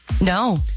No